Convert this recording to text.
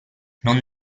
non